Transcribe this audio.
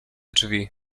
drzwi